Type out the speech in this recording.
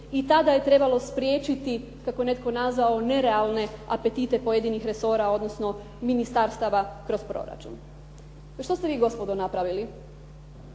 i tada je trebalo spriječiti kako je netko kazao nerealne apetite pojedinih resora, odnosno ministarstava kroz proračun. A što ste vi gospodo napravili?